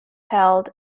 held